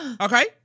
Okay